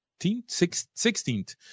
16th